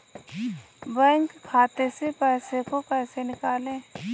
Bank खाते से पैसे को कैसे निकालें?